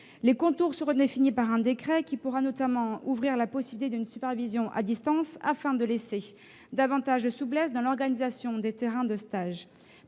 dispositif seront définis par un décret, pouvant notamment ouvrir la possibilité d'une supervision à distance, afin de laisser davantage de souplesse dans l'organisation des terrains de stage.